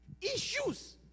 Issues